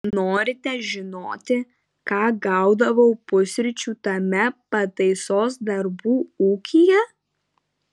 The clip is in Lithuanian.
norite žinoti ką gaudavau pusryčių tame pataisos darbų ūkyje